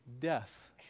death